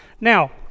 Now